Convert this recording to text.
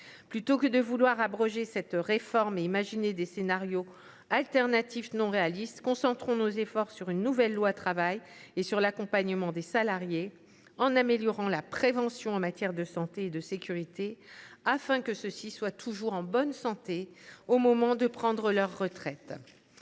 Plutôt que de vouloir abroger cette réforme et imaginer des scénarios alternatifs non réalistes, concentrons nos efforts sur une nouvelle loi Travail et sur l’accompagnement des salariés, en améliorant la prévention en matière de santé et la sécurité, afin que ceux ci soient toujours en bonne santé au moment de prendre leur retraite.